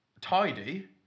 tidy